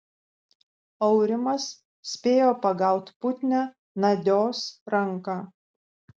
aurimas spėjo pagaut putnią nadios ranką